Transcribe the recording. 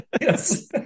Yes